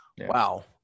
Wow